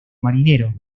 marinero